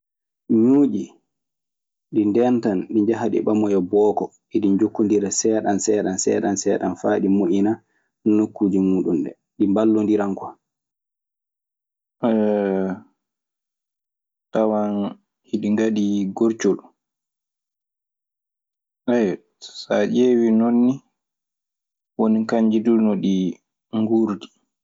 Ñuuƴi, ɗii ndeentan ɗi ɓamoya booko eɗi njokkondira seeɗan seeɗan -seeɗan -seeɗan faa ɗi moƴƴina nokkuuji muuɗun ɗee, ɗii mballondiran. Tawan iɗi ngaɗi gorcol. Saa ƴeewii non nii woni kanji duu no ɗi ngoordi.